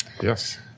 Yes